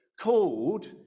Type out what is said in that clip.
called